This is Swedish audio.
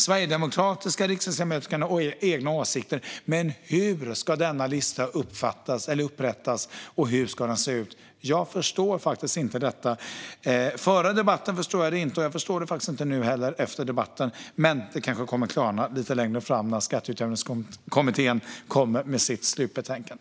Sverigedemokratiska riksdagsledamöter kan ha egna åsikter. Men hur ska denna lista upprättas, och hur ska den se ut? Jag förstår inte det. Före debatten förstod jag det inte, och jag förstår det inte heller nu efter debatten. Kanske kommer det att klarna lite längre fram när Utjämningskommittén kommer med sitt slutbetänkande.